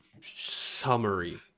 summary